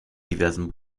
diversen